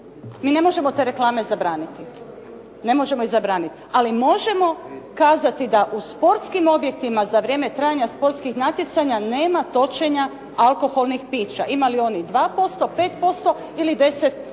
mi ne možemo te reklame zabraniti, ne možemo ih zabraniti. Ali možemo kazati da u sportskim objektima, za vrijeme trajanja sportskih natjecanja nema točenja alkoholnih pića, imali oni 2%, 5% ili 10%